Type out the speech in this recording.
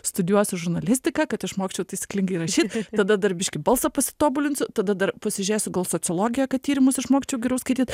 studijuosiu žurnalistiką kad išmokčiau taisyklingai rašyt tada dar biškį balsą pasitobulinsiu tada dar pasižiūrėsiu gal sociologiją kad tyrimus išmokčiau geriau skaityt